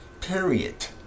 Period